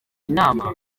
inama